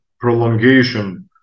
prolongation